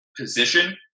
position